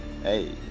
Hey